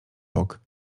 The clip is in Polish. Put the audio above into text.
bok